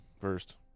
first